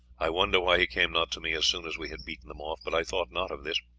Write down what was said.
i wondered why he came not to me as soon as we had beaten them off, but i thought not of this.